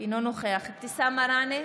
אינו נוכח אבתיסאם מראענה,